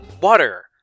Water